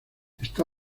está